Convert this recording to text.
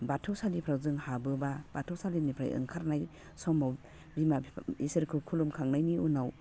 बाथौसालिफ्राव जों हाबोबा बाथौसालिनिफ्राय ओंखारनाय समाव बिमा बिफा इसोरखौ खुलुमखांनायनि उनाव